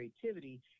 creativity